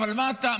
אבל מה לעשות,